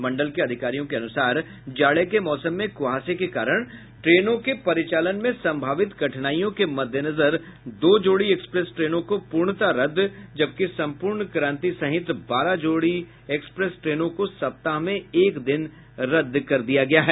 मंडल के अधिकारियों के अनुसार जाड़े के मौसम में कुहासा के कारण ट्रेनों के परिचालन में संभावित कठिनाईयों के मद्देनजर दो जोड़ी एक्सप्रेस ट्रेनों को पूर्णतः रद्द जबकि सम्पूर्ण क्रांति सहित बारह जोड़ी एक्सप्रेस ट्रेनों को सप्ताह में एक दिन रद्द किया गया है